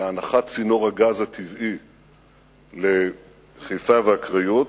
בהנחת צינור הגז הטבעי לחיפה והקריות,